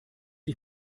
ich